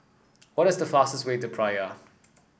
what is the fastest way to Praia